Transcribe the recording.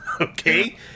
Okay